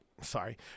sorry